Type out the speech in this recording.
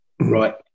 right